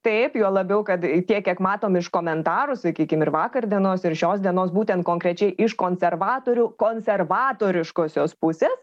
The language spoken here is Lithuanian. taip juo labiau kad tiek kiek matom iš komentarų sakykim ir vakar dienos ir šios dienos būtent konkrečiai iš konservatorių konservatoriškosios pusės